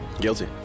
Guilty